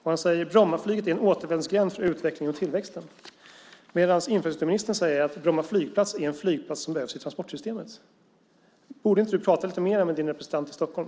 Han säger: Brommaflyget är en återvändsgränd för utvecklingen och tillväxten. Infrastrukturministern säger att Bromma flygplats är en flygplats som behövs i transportsystemet. Borde inte du prata lite mer med din representant i Stockholm?